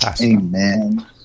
Amen